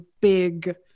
big